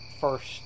first